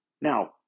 Now